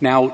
now